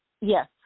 Yes